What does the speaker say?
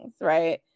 right